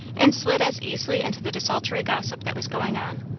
and slid as easily into the desultory gossip that was going on.